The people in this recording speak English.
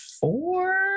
four